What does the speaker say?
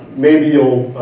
maybe you'll